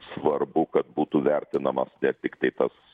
svarbu kad būtų vertinamas ne tiktai tas